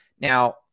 Now